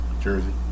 Jersey